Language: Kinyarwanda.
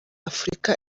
afurika